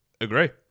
Agree